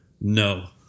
No